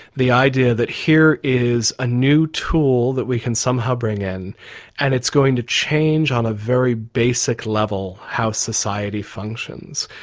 the idea that here is a new tool that we can somehow bring in and it's going to change on a very basic level how society functions.